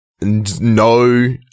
no